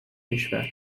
کشور